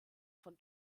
von